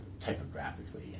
typographically